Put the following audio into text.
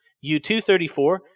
U-234